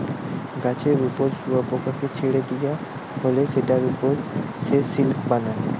গাছের উপর শুয়োপোকাকে ছেড়ে দিয়া হলে সেটার উপর সে সিল্ক বানায়